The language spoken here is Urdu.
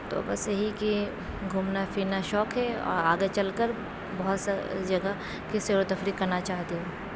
تو بس یہی کہ گھومنا پھرنا شوق ہے اور آگے چل کر بہت ساری جگہ کی سیر و تفریح کرنا چاہتی ہوں